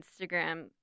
Instagram